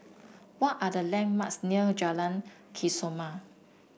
what are the landmarks near Jalan Kesoma